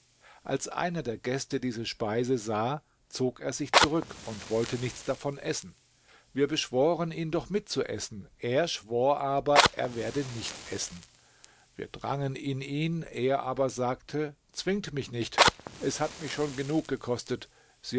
als einer der gäste diese speise sah zog er sich zurück und wollte nichts davon essen wir beschworen ihn doch mitzuessen er schwor aber er werde nicht essen wir drangen in ihn er aber sagte zwingt mich nicht es hat mich schon genug gekostet